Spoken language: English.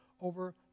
over